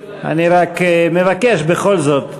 אני רק מבקש בכל זאת,